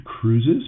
cruises